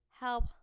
help